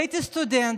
הייתי סטודנט,